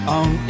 on